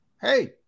hey